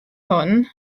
hwn